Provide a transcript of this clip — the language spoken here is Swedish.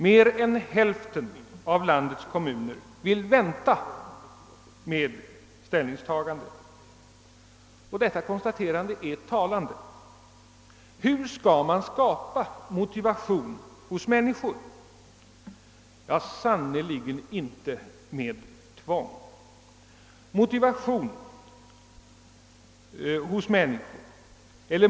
Mer än hälften av landets kommuner vill vänta med ställningstagandet. Detta konstaterande är talande. Hur skall man skapa motivation hos människor? Ja, sannerligen inte med tvång!